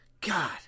God